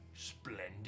Splendid